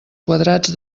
quadrats